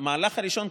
המהלך הראשון,